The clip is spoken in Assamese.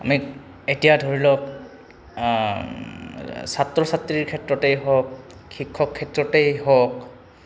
আমি এতিয়া ধৰি লওক ছাত্ৰ ছাত্ৰীৰ ক্ষেত্ৰতেই হওক শিক্ষক ক্ষেত্ৰতেই হওক